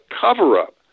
cover-up